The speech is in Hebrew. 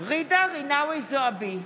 ג'ידא רינאוי זועבי,